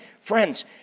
friends